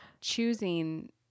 choosing